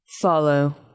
Follow